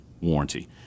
warranty